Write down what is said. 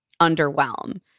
underwhelm